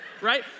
Right